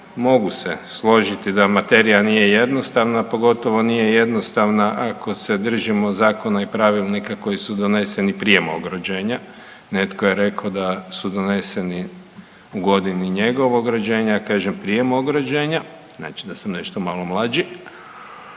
Mogu se složiti da materija nije jednostavna, pogotovo nije jednostavna ako se držimo zakona i pravilnika koji su doneseni prije mog rođenja. Netko je rekao da su doneseni u godini njegovog rođenja. Ja kažem prije mog rođenja, znači da sam nešto malo mlađi.